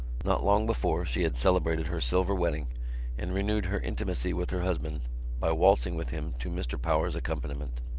not long before she had celebrated her silver wedding and renewed her intimacy with her husband by waltzing with him to mr. power's accompaniment.